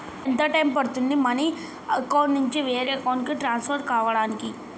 ఎంత టైం పడుతుంది money account నుంచి వేరే అకౌంట్ కి ట్రాన్స్ఫర్ కావటానికి?